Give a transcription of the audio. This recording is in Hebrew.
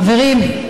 חברים,